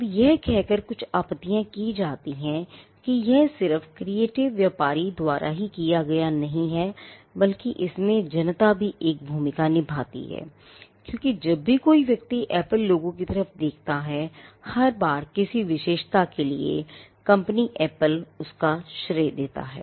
अब यह कहकर कुछ आपत्तियां की जाती हैं कि यह सिर्फ creative व्यापारी द्वारा किया गया नहीं है बल्कि जनता भी एक भूमिका निभाती है क्योंकि जब भी कोई व्यक्ति Apple logo की तरफ देखता है हर बार किसी विशेषता के लिए क॔पनी Apple को उसका श्रेय देता है